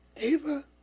Ava